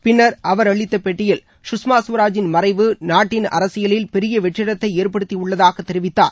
பின்னர் அவர் அளித்த பேட்டியில் சுஷ்மா ஸ்வராஜின் மறைவு நாட்டின் அரசியலில் பெரிய வெற்றிடத்தை ஏற்படுத்தி உள்ளதாக தெரிவித்தார்